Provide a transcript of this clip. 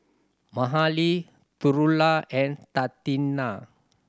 Mahalie Trula and Tatiana